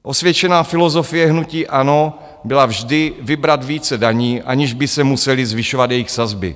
Osvědčená filozofie hnutí ANO byla vždy vybrat více daní, aniž by se musely zvyšovat jejich sazby.